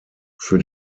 für